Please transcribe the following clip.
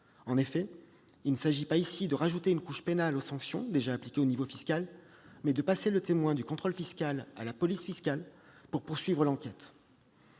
En effet, il s'agit non pas ici de rajouter une couche pénale aux sanctions déjà appliquées au niveau fiscal, mais de passer le témoin du contrôle fiscal à la police fiscale afin de poursuivre l'enquête.